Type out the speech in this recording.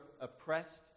oppressed